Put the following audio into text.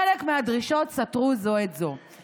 חלק מהדרישות סתרו זו את זו".